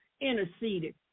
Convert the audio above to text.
interceded